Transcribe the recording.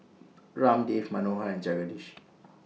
Ramdev Manohar and Jagadish